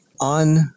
on